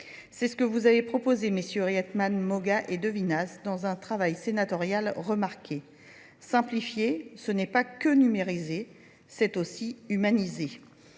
C'est ce que vous avez proposé, Messieurs Rietman, Moga et Devinas, dans un travail sénatorial remarqué. Simplifié, ce n'est pas que numérisé, c'est aussi humanisé.